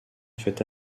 fait